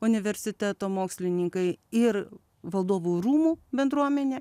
universiteto mokslininkai ir valdovų rūmų bendruomenė